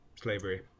slavery